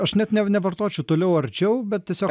aš net nev nevartočiau toliau arčiau bet tiesiog